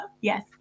Yes